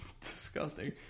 disgusting